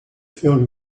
filled